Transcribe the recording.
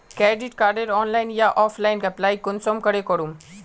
Credit कार्डेर online या offline apply कुंसम करे करूम?